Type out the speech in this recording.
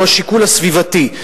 הוא השיקול הסביבתי,